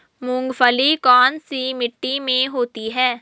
मूंगफली कौन सी मिट्टी में होती है?